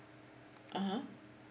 (uh huh)